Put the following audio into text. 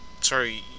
sorry